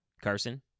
Carson